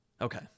Okay